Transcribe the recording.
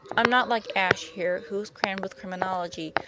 i'm not like ashe here, who is crammed with criminology,